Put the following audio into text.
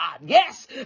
yes